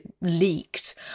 leaked